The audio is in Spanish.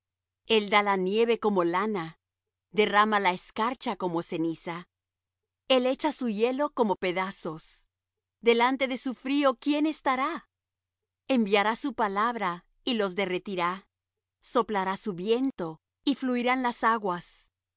el da la nieve como lana derrama la escarcha como ceniza el echa su hielo como pedazos delante de su frío quién estará enviará su palabra y los derretirá soplará su viento y fluirán las aguas